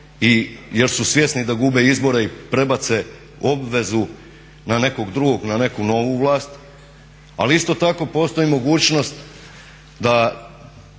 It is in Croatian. jer su svjesni da gube izbore i prebace obvezu na nekog drugog, na neku novu vlast. Ali isto tako postoji mogućnost da,